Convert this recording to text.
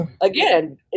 again